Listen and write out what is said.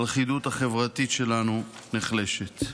הלכידות החברתית שלנו נחלשת.